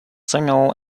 single